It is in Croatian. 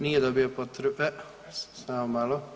Nije dobio potreban, e, samo malo.